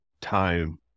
time